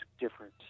different